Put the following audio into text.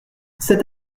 cet